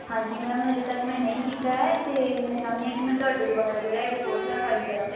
ਹਾਂਜੀ ਮੈਮ ਹਲੇ ਤੱਕ ਮੈਂ ਨਹੀਂ ਕੀਤਾ ਹੈ ਅਤੇ ਮੈਂ ਚਾਹੁੰਦੀ ਹਾਂ ਕਿ ਮੈਂ ਤੁਹਾਡੇ ਦੁਆਰਾ ਜਿਹੜਾ ਇਹ ਡੀਵੋਰਸ ਹੈ ਇਹ ਫਾਈਲ ਕਰਾਂ